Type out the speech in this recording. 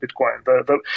Bitcoin